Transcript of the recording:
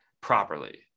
properly